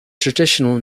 traditional